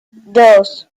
dos